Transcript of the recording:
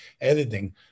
editing